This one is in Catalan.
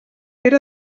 pere